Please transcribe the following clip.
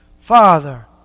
Father